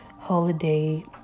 holiday